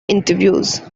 interviews